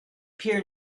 peer